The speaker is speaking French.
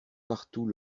partout